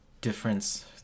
difference